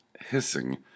hissing